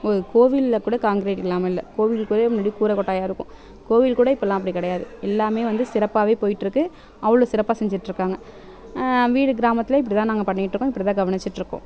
ஒரு கோவிலில் கூட கான்கிரிட் இல்லாமல் இல்லை கோவில் கூட முன்னாடி கூரை கொட்டாயாக இருக்கும் கோவில் கூட இப்பெலாம் அப்படி கிடையாது எல்லாமே வந்து சிறப்பாகவே போய்கிட்ருக்கு அவ்வளோ சிறப்பாக செஞ்சுட்ருக்காங்க வீடு கிராமத்தில் இப்படிதான் நாங்கள் பண்ணிகிட்ருக்கோம் இப்படிதான் கவனிச்சுட்ருக்கோம்